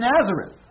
Nazareth